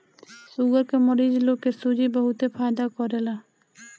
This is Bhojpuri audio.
शुगर के मरीज लोग के सूजी बहुते फायदा करेला